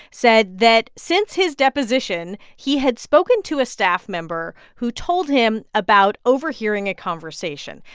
said that since his deposition, he had spoken to a staff member who told him about overhearing a conversation.